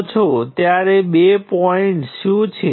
તેથી નોડ 1 અને 3 માટેનું સમીકરણ પહેલા જેવું જ હશે